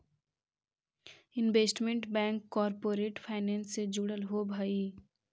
investment bank corporate finance से जुड़ल होवऽ हइ